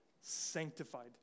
sanctified